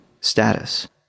status